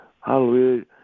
hallelujah